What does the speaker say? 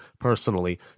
personally